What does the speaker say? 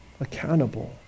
accountable